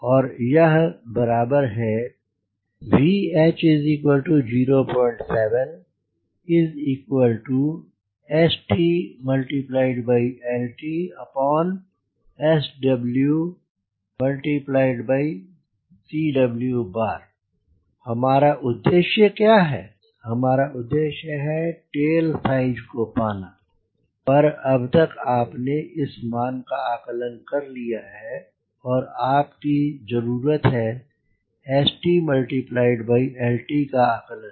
और यह बराबर है VH07StltSwcw हमारा उद्देश्य क्या है हमारा उद्देश्य है टेल साइज को पाना पर अब तक आपने इस मान का आकलन कर लिया है अब आपकी जरुरत है Stltका आकलन